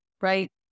right